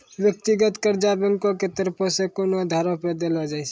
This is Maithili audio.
व्यक्तिगत कर्जा बैंको के तरफो से कोनो आधारो पे देलो जाय छै